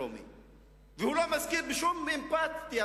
הוא לא מזכיר בשום אמפתיה,